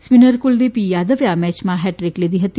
spinner Kuldeep યાદવે આ મેચમાં હેટ્રીક લીધી હતી